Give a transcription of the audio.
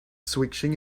switching